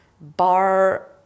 Bar